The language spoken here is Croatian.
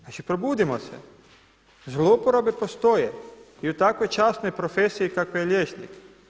Znači probudimo se, zlouporabe postoje i u takvoj časnoj profesiji kakve je liječnik.